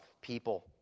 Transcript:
people